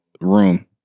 room